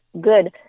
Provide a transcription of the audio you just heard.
good